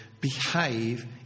behave